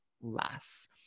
less